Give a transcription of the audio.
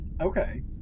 okay